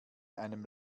einem